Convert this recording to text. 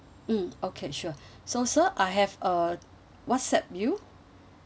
mm okay sure so sir I have uh whatsapp you